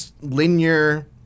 linear